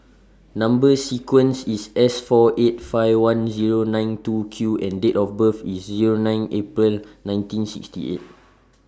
Number sequence IS S four eight five one Zero nine two Q and Date of birth IS Zero nine April nineteen sixty eight